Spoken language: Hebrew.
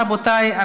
תודה רבה, רבותיי.